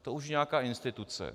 To už je nějaká instituce.